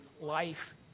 life